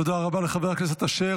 תודה רבה לחבר הכנסת אשר.